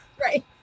right